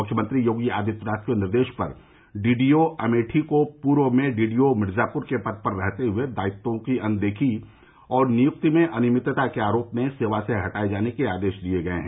मृख्यमंत्री योगी आदित्यनाथ के निर्देशों पर डी डी ओ अमेठी को पूर्व में डी डी ओ मिर्जाप्र के पद पर रहते हए दायित्वों की अनदेखी और नियुक्ति में अनियमितता के आरोप में सेवा से हटाये जाने के आदेश दिये हैं